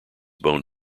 bone